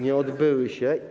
Nie odbyły się.